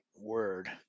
word